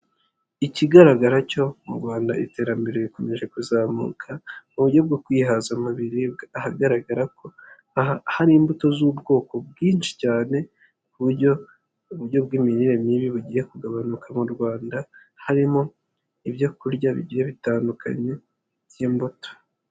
Ikigaragara cyo mu Rwanda iterambere rikomeje kuzamuka mu buryo bwo kwihaza mu biribwa, ahagaragara hari imbuto z'ubwoko bwinshi cyane ku buryo uburyo bw'imirire mibi bugiye kugabanuka mu Rwanda, harimo ibyo kurya bitandukanye by'imbuto.